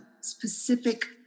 specific